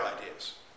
ideas